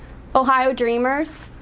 ohio dreamers,